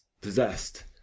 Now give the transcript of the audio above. possessed